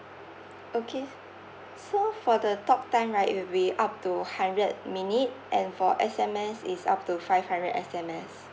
okay so for the talk time right it will be up to hundred minute and for S_M_S is up to five hundred S_M_S